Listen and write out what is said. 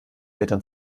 eltern